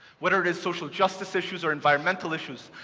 whether it is social-justice issues or environmental issues,